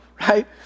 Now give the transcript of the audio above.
right